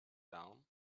down